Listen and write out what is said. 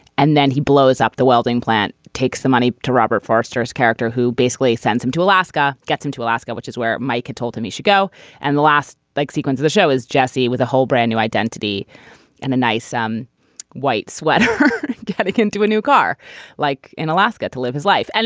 and then he blows up the welding plant takes the money to robert foster's character who basically sends him to alaska gets him to alaska which is where mike had told him he should go and the last like sequence of the show is jesse with a whole brand new identity and a nice um white sweater yeah we can do a new car like in alaska to live his life. and